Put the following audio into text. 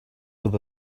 with